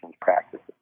practices